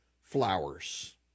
flowers